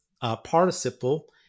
participle